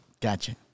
Gotcha